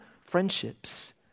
friendships